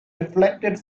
reflected